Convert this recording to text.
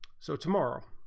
so to mark